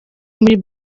muri